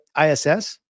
ISS